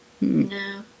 No